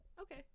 Okay